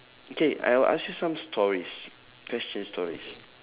okay I will ask you some stories question stories